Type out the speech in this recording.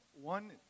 One